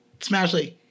Smashly